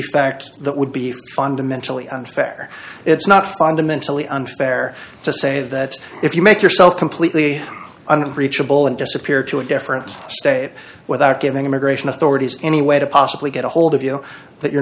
defect that would be fundamentally unfair it's not fundamentally unfair to say that if you make yourself completely unbreachable and disappear to a different state without giving immigration authorities any way to possibly get a hold of you that you're